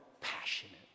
passionate